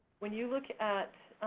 when you look at